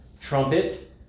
trumpet